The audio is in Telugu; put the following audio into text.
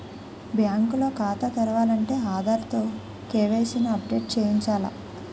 బ్యాంకు లో ఖాతా తెరాలంటే ఆధార్ తో కే.వై.సి ని అప్ డేట్ చేయించాల